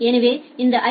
எனவே இந்த ஐ